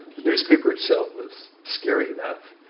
the newspaper itself was scary enough.